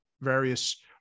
various